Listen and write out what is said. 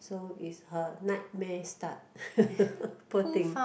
so is her nightmare start poor thing